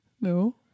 No